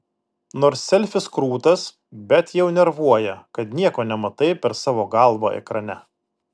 nors selfis krūtas bet jau nervuoja kad nieko nematai per savo galvą ekrane